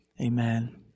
Amen